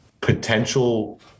potential—